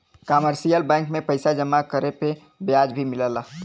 commercial bank में पइसा जमा करे पे ब्याज भी मिलला